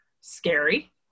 scary